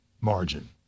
margin